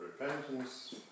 repentance